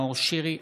נאור שירי,